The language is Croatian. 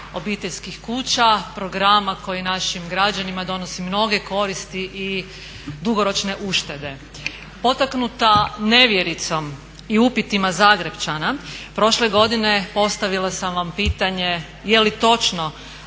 obiteljskih kuća, programa koji našim građanima donosi mnoge koristi i dugoročne uštede. Potaknuta nevjericom i upitima Zagrepčana prošle godine postavila sam vam pitanje je li točno